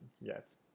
yes